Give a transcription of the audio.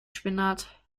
spinat